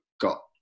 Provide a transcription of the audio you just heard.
got